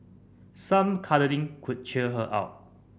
some cuddling could cheer her up